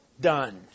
done